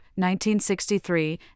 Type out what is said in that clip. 1963